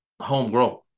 homegrown